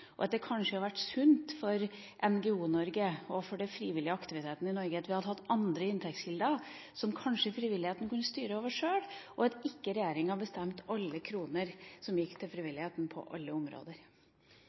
Det hadde kanskje vært sunt for NGO-Norge og for de frivillige aktivitetene i Norge at man hadde hatt andre inntektskilder, som frivilligheten kanskje kunne styre over sjøl, og at regjeringa ikke bestemte over alle kronene som går til